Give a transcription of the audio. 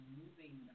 moving